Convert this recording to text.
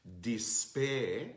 despair